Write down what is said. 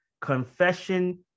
Confession